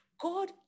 God